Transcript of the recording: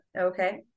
Okay